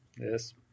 yes